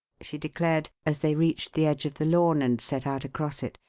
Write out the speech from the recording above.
she declared, as they reached the edge of the lawn and set out across it.